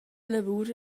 lavur